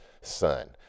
sun